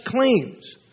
claims